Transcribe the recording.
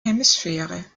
hemisphäre